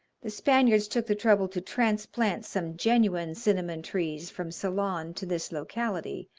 the spaniards took the trouble to transplant some genuine cinnamon-trees from ceylon to this locality,